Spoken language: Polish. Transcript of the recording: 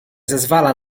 zezwala